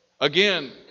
again